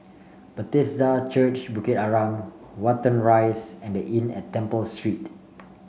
Bethesda Church Bukit Arang Watten Rise and The Inn at Temple Street